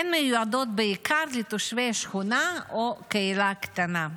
הן מיועדות בעיקר לתושבי השכונה או לקהילה קטנה.